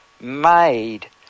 made